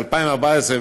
2014,